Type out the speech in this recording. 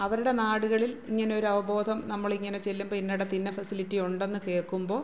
അവരുടെ നാടുകളിൽ ഇങ്ങനൊരു അവബോധം നമ്മള് ഇങ്ങനെ ചെല്ലുമ്പം ഇന്നിടത്ത് ഇന്ന ഫെസിലിറ്റി ഉണ്ടെന്ന് കേൾക്കുമ്പോൾ